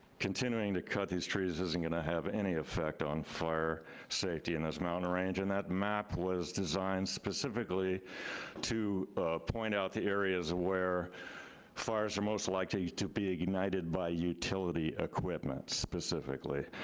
continuing to cut these trees isn't gonna have any effect on fire safety in this mountain range, and that map was designed specifically to point out the areas where fires are most like likely yeah to be ignited by utility equipment specifically.